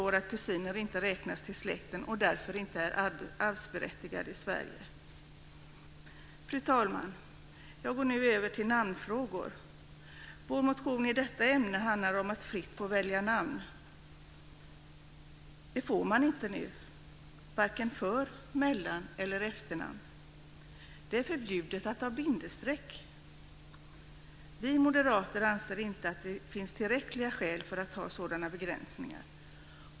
Fru talman! Jag går nu över till namnfrågor. Vår motion i detta ämne handlar om att fritt få välja namn. Det får man inte nu. Varken för-, mellan eller efternamn. Det är förbjudet att ha bindestreck!